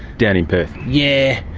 down in perth. yeah.